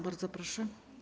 Bardzo proszę.